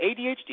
ADHD